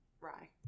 rye